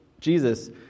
Jesus